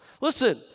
Listen